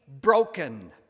broken